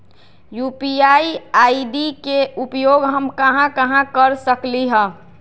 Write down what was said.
UPI ID के उपयोग हम कहां कहां कर सकली ह?